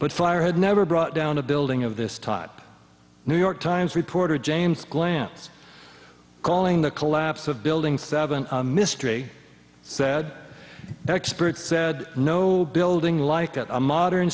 but fire had never brought down a building of this type new york times reporter james glanz calling the collapse of building seven mystery said experts said no building like that a modern